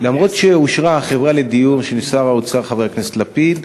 למרות שאושרה החברה לדיור של שר האוצר חבר הכנסת לפיד,